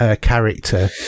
character